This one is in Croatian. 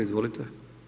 Izvolite.